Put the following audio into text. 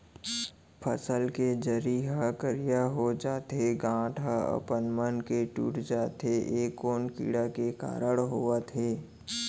फसल के जरी ह करिया हो जाथे, गांठ ह अपनमन के टूट जाथे ए कोन कीड़ा के कारण होवत हे?